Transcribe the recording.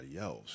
else